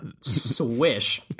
Swish